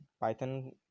python